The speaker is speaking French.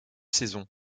saisons